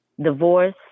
divorce